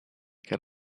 get